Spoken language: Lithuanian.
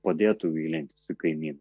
padėtų gilinti į kaimynų